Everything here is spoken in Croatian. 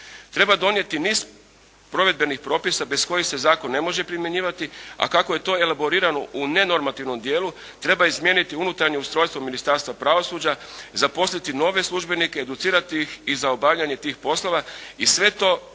Treba donijeti niz provedbenih propisa bez kojih se zakon ne može primjenjivati a kako je to elaborirano u nenormativnom dijelu treba i smijeniti unutarnje ustrojstvo Ministarstva pravosuđa, zaposliti nove službenike, educirati ih i za obavljanje tih poslova i sve to se